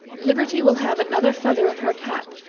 liberty will have another feather in her cap,